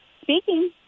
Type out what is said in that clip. speaking